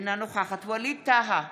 אינה נוכחת ווליד טאהא,